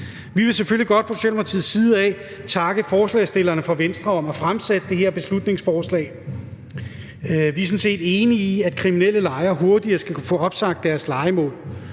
Vi vil selvfølgelig godt fra Socialdemokratiets side takke forslagsstillerne fra Venstre for at fremsætte det her beslutningsforslag. Vi er sådan set enige i, at kriminelle lejere hurtigere skal kunne få opsagt deres lejemål,